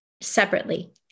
separately